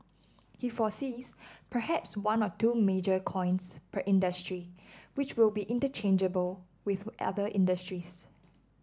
he foresees perhaps one or two major coins per industry which will be interchangeable with other industries